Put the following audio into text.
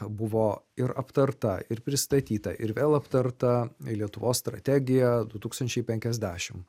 buvo ir aptarta ir pristatyta ir vėl aptarta lietuvos strategija du tūkstančiai penkiasdešimt